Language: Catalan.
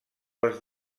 les